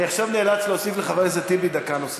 אני עכשיו נאלץ להוסיף לחבר הכנסת טיבי דקה נוספת.